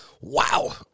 Wow